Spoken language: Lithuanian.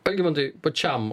algimantai pačiam